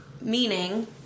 Meaning